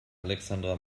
alexandra